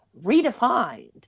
redefined